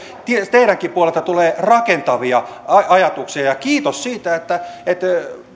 teidänkin puoleltanne tulee rakentavia ajatuksia kiitos siitä että että